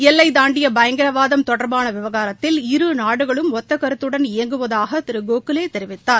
எல்லை தாண்டிய பயங்கரவாதம் தொடர்பான விவகாரத்தில் இரு நாடுகளும் ஒத்த கருத்துடன் இயங்குவதாக திரு கோகலே தெரிவித்தார்